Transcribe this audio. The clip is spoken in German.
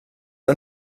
ein